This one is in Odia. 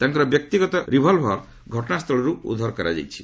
ତାଙ୍କର ବ୍ୟକ୍ତିଗତ ରିଭଲଭର ଘଟଣାସ୍ଥୁଳରୁ ଉଦ୍ଧାର କରାଯାଇଛି